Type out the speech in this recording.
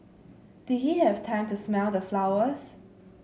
did he have time to smell the flowers